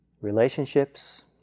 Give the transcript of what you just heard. relationships